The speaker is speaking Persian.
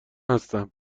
هستم